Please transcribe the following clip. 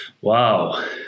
Wow